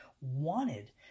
wanted